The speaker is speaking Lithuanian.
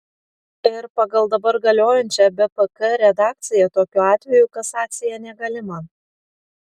ir pagal dabar galiojančią bpk redakciją tokiu atveju kasacija negalima